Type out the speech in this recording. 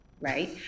right